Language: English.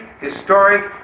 historic